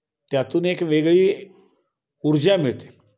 त्यातून एक वेगळी ऊर्जा मिळते